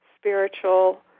spiritual